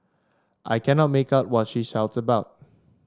I cannot make out what she shout about